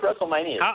WrestleMania